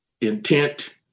intent